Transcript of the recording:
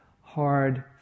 hard